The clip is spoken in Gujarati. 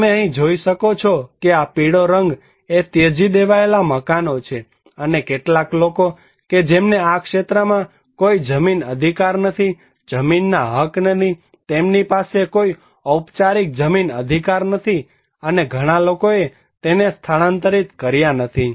તમે અહીં જોઈ શકો છો કે આ પીળો રંગ એ ત્યજી દેવાયેલા સ્થાનો છે અને કેટલાક લોકો કે જેમને આ ક્ષેત્રમાં કોઈ જમીન અધિકાર નથી જમીનના હક નથી તેમની પાસે કોઈ ઔપચારિક જમીન અધિકાર નથી અને ઘણા લોકોએ તેને સ્થાનાંતરિત કર્યા નથી